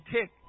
tick